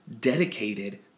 dedicated